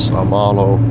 amalo